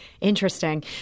interesting